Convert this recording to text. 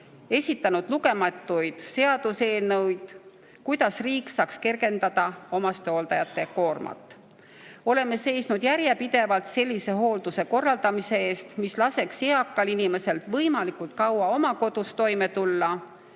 esitanud lugematuid seaduseelnõusid, kuidas riik saaks kergendada omastehooldajate koormat. Oleme järjepidevalt seisnud hoolduse sellise korraldamise eest, mis laseks eakal inimesel võimalikult kaua oma kodus toime tulla